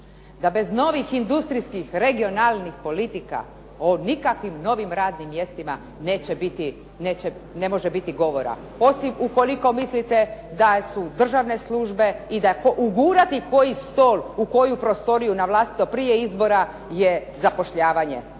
da bez novih industrijskih regionalnih politika, o nikakvim novim radnim mjestima ne može biti govora, osim ukoliko mislite da su državne službe i ugurati koji stol u koju prostoriju na vlastito prije izbora je zapošljavanje.